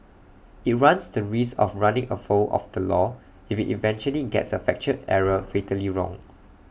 IT runs the risk of running afoul of the law if IT eventually gets A factual error fatally wrong